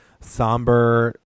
somber